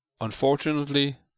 unfortunately